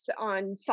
on